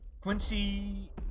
Quincy